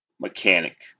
Mechanic